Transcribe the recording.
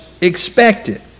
expected